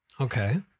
Okay